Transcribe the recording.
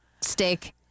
steak